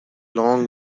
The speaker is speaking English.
long